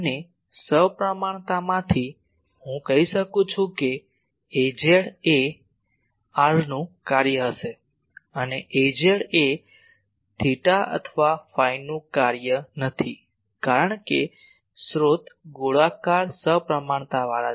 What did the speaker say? અને સપ્રમાણતામાંથી હું કહી શકું છું કે Az એ r નું કાર્ય હશે અને Az એ થેટા અથવા ફાઈનું કાર્ય નથી કારણ કે સ્રોત ગોળાકાર સપ્રમાણતાવાળા છે